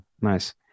nice